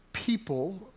people